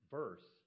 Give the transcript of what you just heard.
verse